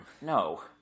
no